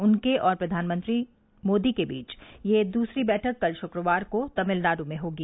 उनके और प्रधानमंत्री मोदी के बीच यह दूसरी बैठक कल शुक्रवार को तमिलनाड् में होगी